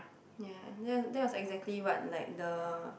ya that that's was exactly what like the